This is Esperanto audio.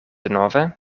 denove